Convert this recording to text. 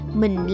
mình